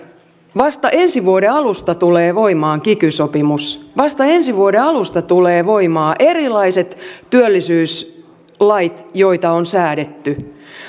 vasta ensi vuoden alusta tulee voimaan kiky sopimus vasta ensi vuoden alusta tulevat voimaan erilaiset työllisyyslait joita on säädetty